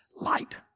light